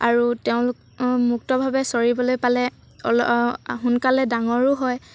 আৰু তেওঁলোক মুক্তভাৱে চৰিবলৈ পালে সোনকালে ডাঙৰো হয়